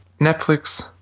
Netflix